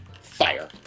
fire